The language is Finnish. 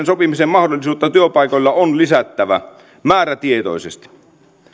sopimisen mahdollisuutta työpaikoilla on lisättävä määrätietoisesti